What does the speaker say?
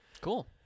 Cool